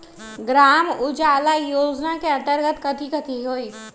ग्राम उजाला योजना के अंतर्गत कथी कथी होई?